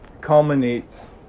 Culminates